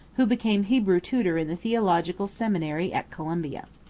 who became hebrew tutor in the theological seminary at columbia.